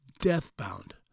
death-bound